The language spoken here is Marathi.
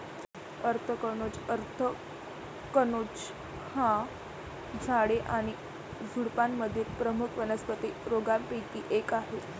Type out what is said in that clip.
अँथ्रॅकनोज अँथ्रॅकनोज हा झाडे आणि झुडुपांमधील प्रमुख वनस्पती रोगांपैकी एक आहे